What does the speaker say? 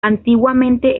antiguamente